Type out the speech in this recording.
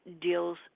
deals